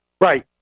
Right